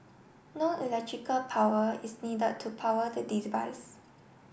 no electrical power is needed to power the device